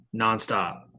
nonstop